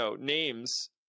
names